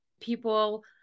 people